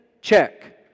check